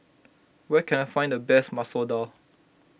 where can I find the best Masoor Dal